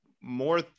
more